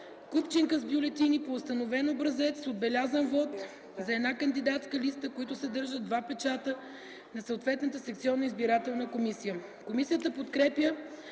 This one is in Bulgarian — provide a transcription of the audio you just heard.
купчинка с бюлетини по установен образец с отбелязан вот за една кандидатска листа, които съдържат два печата на съответната секционна избирателна комисия.” Комисията не подкрепя